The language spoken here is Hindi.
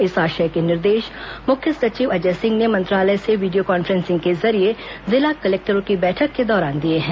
इस आशय के निर्देश मुख्य सचिव अजय सिंह ने मंत्रालय से वीडियों कॉन्फ्रेंसिंग के जरिये जिला कलेक्टरों की बैठक के दौरान दिए हैं